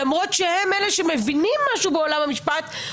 למרות שהם אלה שמבינים משהו בעולם המשפט,